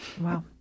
Wow